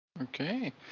Okay